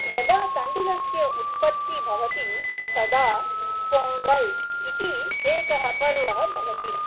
यदा तण्डुलस्य उत्पत्तिः भवति तदा पोङ्गल् इति एकः पर्वः भवति